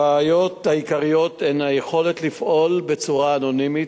הבעיות העיקריות הן היכולת לפעול בצורה אנונימית,